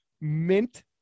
mint